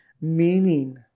meaning